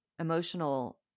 emotional